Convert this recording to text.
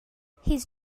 he’s